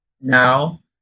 Now